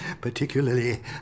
particularly